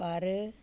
ਪਰ